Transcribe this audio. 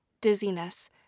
dizziness